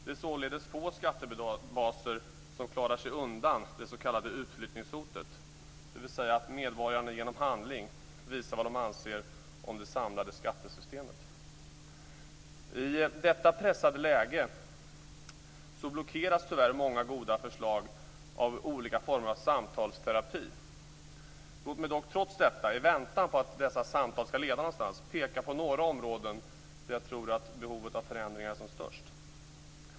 Det är således få skattebaser som klarar sig undan det s.k. utflyttningshotet, dvs. att medborgarna genom handling visar vad de anser om det samlade skattesystemet. I detta pressade läge blockeras tyvärr många goda förslag av olika former av samtalsterapi. Låt mig dock trots detta i väntan på att dessa samtal skall leda någonstans peka på några områden där jag tror att behovet av förändringar är som störst.